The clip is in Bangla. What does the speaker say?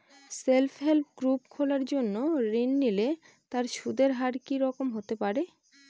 সেল্ফ হেল্প গ্রুপ খোলার জন্য ঋণ নিলে তার সুদের হার কি রকম হতে পারে?